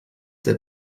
der